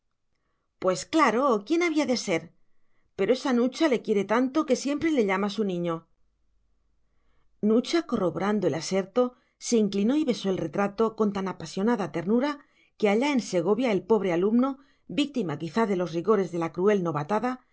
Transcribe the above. pues claro quién había de ser pero esa nucha le quiere tanto que siempre le llama su niño nucha corroborando el aserto se inclinó y besó el retrato con tan apasionada ternura que allá en segovia el pobre alumno víctima quizá de los rigores de la cruel novatada